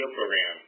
program